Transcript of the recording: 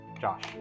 Josh